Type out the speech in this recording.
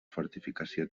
fortificació